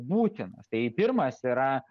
būtinas tai pirmas yra